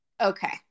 Okay